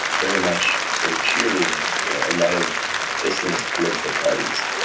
very much sort of cheerleading for a lot of islamist political parties.